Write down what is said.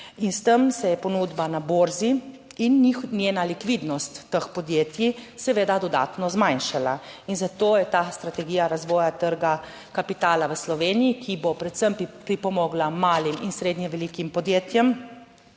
in s tem se je ponudba na borzi in njena likvidnost teh podjetij seveda dodatno zmanjšala in zato je ta strategija razvoja trga kapitala v Sloveniji, ki bo predvsem pripomogla malim in srednje velikim podjetjem,